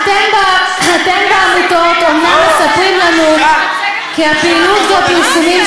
אתם בעמותות מספרים לנו כי הפעילות והפרסומים